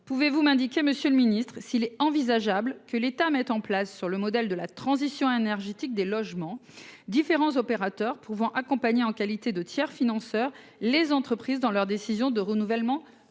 pouvez-vous m'indiquer, monsieur le ministre, s'il est envisageable que l'État mette en place, sur le modèle de la transition énergétique des logements, différents opérateurs pouvant accompagner les entreprises, en qualité de tiers financeurs, dans leurs décisions de renouvellement